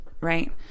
right